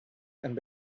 and